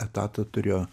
etatą turėjo